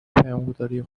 پیامگذاری